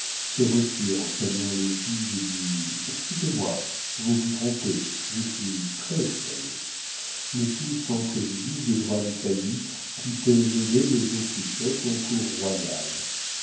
se retire en saluant les juges et dit excusez-moi vous vous trompez je suis très sérieux le tout sans préjudice des droits du failli qui peut mener le don quichotte en cour royale